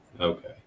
Okay